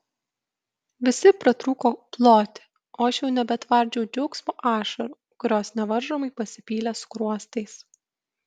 visi pratrūko ploti o aš jau nebetvardžiau džiaugsmo ašarų kurios nevaržomai pasipylė skruostais